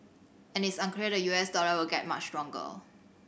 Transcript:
and it's unclear the U S dollar will get much stronger